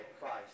Christ